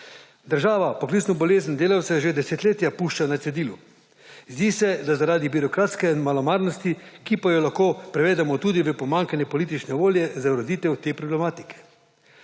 Država poklicno bolezen, delavce že desetletja pušča na cedilu. Zdi se, da zaradi birokratske malomarnosti, ki pa jo lahko prevedemo tudi v pomanjkanje politične volje za ureditev te problematike.